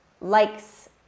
likes